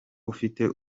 ufite